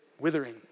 withering